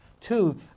Two